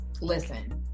listen